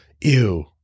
ew